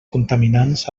contaminants